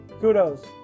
Kudos